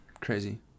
crazy